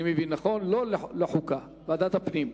לא לחוקה אלא לוועדת הפנים.